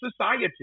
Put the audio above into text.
society